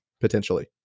potentially